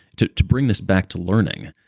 to to bring this back to learning,